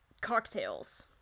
Cocktails